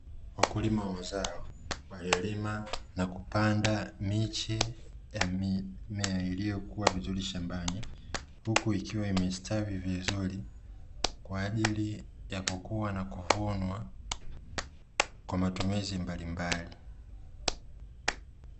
Wakulima wa mazao, wakiwalima na kupanda miche ya mimea iliyokua vizuri shambaani, huku ikiwa imestawi vizuri kwa ajili ya kukua na kuvunwa kwa matumizi mbalimbali.